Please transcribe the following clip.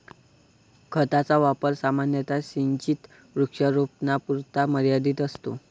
खताचा वापर सामान्यतः सिंचित वृक्षारोपणापुरता मर्यादित असतो